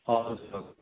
हजुर हजुर